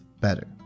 better